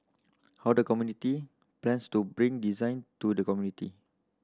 how the community plans to bring design to the community